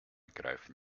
greifen